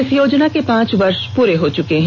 इस योजना के पांच वर्ष पूरे हो चुके हैं